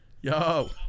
Yo